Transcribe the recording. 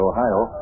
Ohio